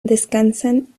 descansan